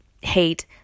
hate